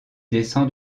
descend